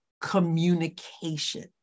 communication